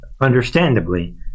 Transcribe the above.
understandably